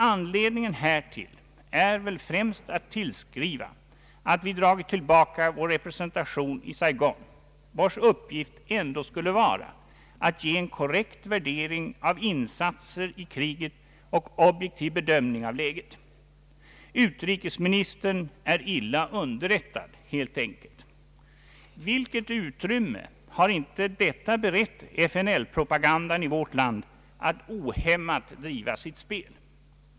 Anledningen härtill är väl främst att tillskriva att vi har dragit tillbaka vår representation i Saigon, vars uppgift ändå skulle vara att ge en korrekt värdering av insatser i kriget och en objektiv bedömning av läget. Utrikesministern är helt enkelt illa underrättad. Vilket utrymme har inte detta berett FNL-propogandan i vårt land att ohämmat driva sitt spel!